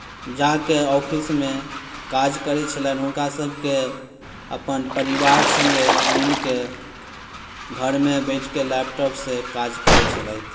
जा कऽ ऑफिसमे काज करैत छलनि हुनकासभकेँ अपन परिवार सङ्गे मिलिके घरमे बैसि कऽ लैपटॉपसँ काज करैत छलथि